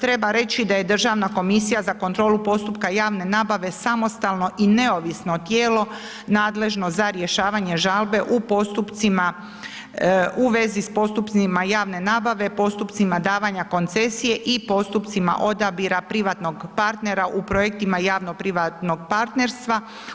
Treba reći da je Državna komisija za kontrolu postupka javne nabave samostalno i neovisno tijelo nadležno za rješavanje žalbe u vezi s postupcima javne nabave, postupcima davanja koncesije i postupcima odabira privatnog partnera u projektima javno-privatnog partnerstva.